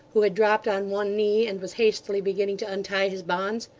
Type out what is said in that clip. who had dropped on one knee, and was hastily beginning to untie his bonds.